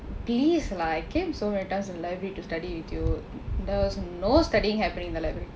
please lah I came so many times in the library to study with you there was no studying happening in the library